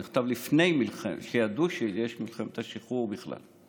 עוד לפני שידעו שיש את מלחמת השחרור בכלל.